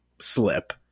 slip